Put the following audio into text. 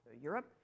Europe